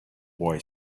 boy